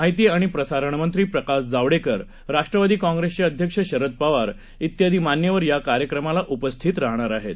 माहितीआणिप्रसारणमंत्रीप्रकाशजावडेकर राष्ट्रवादीकाँग्रेसचेअध्यक्षशरदपवार त्यादीमान्यवरयाकार्यक्रमालाउपस्थितराहणारआहेत